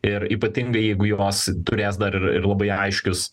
ir ypatingai jeigu jos turės dar ir ir labai aiškius